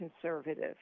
conservative